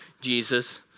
Jesus